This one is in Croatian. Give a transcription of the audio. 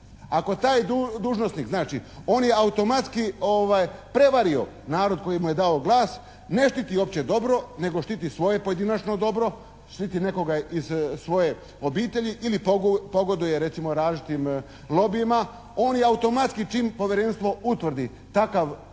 Ako taj dužnosnik, znači on je automatski prevario narod koji mu je dao vlast, ne štiti opće dobro nego štiti svoje pojedinačno dobro, štiti nekoga iz svoje obitelji ili pogoduje recimo različitim lobijima, on je automatski čim povjerenstvo utvrdi takav slučaj